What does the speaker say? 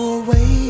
away